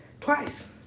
Twice